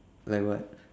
like what